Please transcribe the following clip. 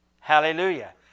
Hallelujah